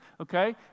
Okay